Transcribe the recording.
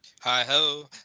Hi-ho